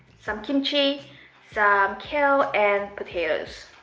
some kimchi, some kale, and potatoes.